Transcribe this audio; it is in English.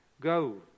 Go